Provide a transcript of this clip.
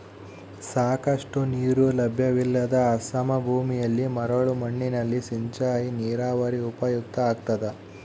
ಸಾಕಷ್ಟು ನೀರು ಲಭ್ಯವಿಲ್ಲದ ಅಸಮ ಭೂಮಿಯಲ್ಲಿ ಮರಳು ಮಣ್ಣಿನಲ್ಲಿ ಸಿಂಚಾಯಿ ನೀರಾವರಿ ಉಪಯುಕ್ತ ಆಗ್ತದ